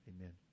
Amen